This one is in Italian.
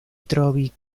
trovi